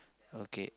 okay